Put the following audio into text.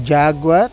jaguar